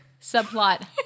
subplot